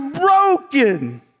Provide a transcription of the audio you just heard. broken